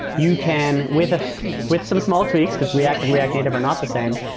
you can, with ah with some small tweaks, because react and react native are not the same,